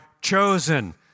chosen